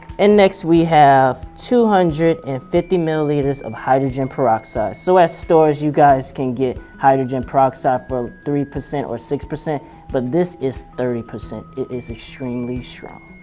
and next we have two hundred and fifty milliliters of hydrogen peroxide so at stores you guys can get hydrogen peroxide for three percent or six percent but this is thirty percent. it is extremely strong.